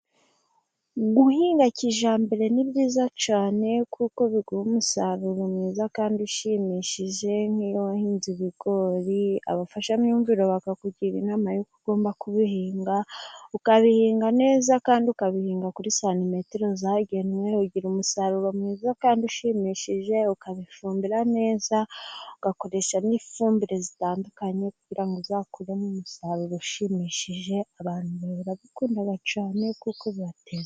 Guhinga kijyambere ni byiza cyane, kuko biguha umusaruro mwiza kandi ushimishije, nk'iyo wahinze ibigori abafashamyumvire bakakugira inama y'uko ugomba kubihinga, ukabihinga neza kandi ukabihinga kuri santimetero zagenwe, ugira umusaruro mwiza kandi ushimishije. Ukabifumbira neza ugakoresha n'ifumbire zitandukanye, kugira ngo uzakuremo umusaruro ushimishije, abantu barabikunda cyane kuko bibateza imbere.